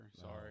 Sorry